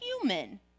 human